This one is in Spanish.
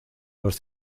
los